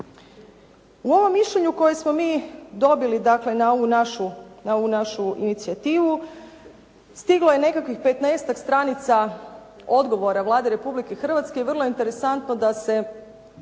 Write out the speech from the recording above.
U ovom mišljenju koje smo mi dobili dakle na ovu našu inicijativu stiglo je nekakvih 15-tak stranica odgovora Vlade Republike Hrvatske i vrlo je interesantno da se